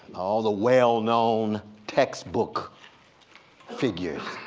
all the well-known textbook figures.